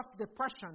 depression